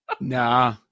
Nah